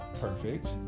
perfect